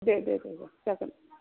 दे दे दे जागोन